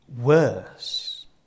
worse